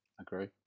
agree